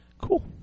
Cool